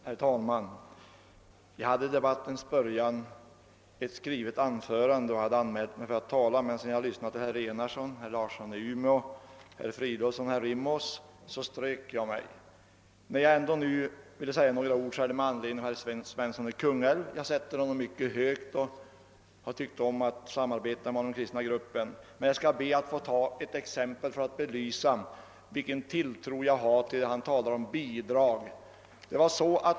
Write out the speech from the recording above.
Herr talman! Jag hade i debattens början ett skrivet anförande som jag anmält mig för att framföra, men sedan jag hade lyssnat till herrar Enarsson, Larsson i Umeå, Fridolfsson i Stockholm och Rimås strök jag mig. Anledningen till att jag nu vill säga några ord är vad herr Svensson i Kungälv anförde. Jag värderar honom mycket högt och har tyckt om att samarbeta med honom i den kristna gruppen, men jag vill ta ett exempel för att belysa vilken tilltro jag har till hans tal om bidrag.